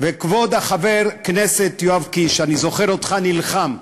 וכבוד חבר הכנסת יואב קיש, אני זוכר אותך נלחם,